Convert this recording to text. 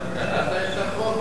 אתה גם קראת את החוק,